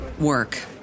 work